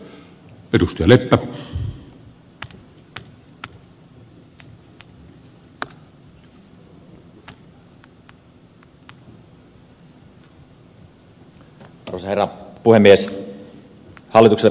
arvoisa herra puhemies